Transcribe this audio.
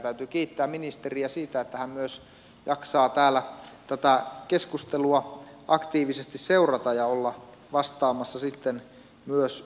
täytyy kiittää ministeriä siitä että hän myös jaksaa täällä tätä keskustelua aktiivisesti seurata ja olla vastaamassa sitten myös kysymyksiin